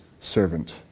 servant